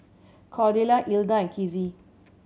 Cordella Hilda and Kizzy